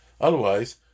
Otherwise